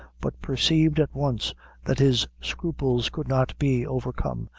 but perceived at once that his scruples could not be overcome,